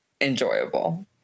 enjoyable